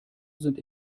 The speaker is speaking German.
sind